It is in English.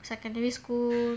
secondary school